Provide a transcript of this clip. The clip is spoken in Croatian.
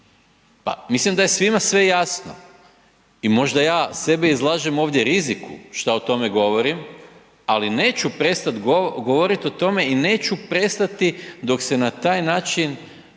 pa mislim da je svima sve jasno. I možda ja sebe izlažem ovdje riziku šta o tome govorim, ali neću prestat govoriti o tome i neću prestati dok se na taj način